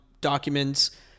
documents